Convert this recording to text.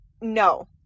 no